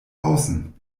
außen